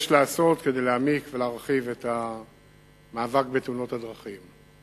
יש לעשות כדי להעמיק ולהרחיב את המאבק בתאונות הדרכים.